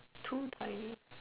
too tiny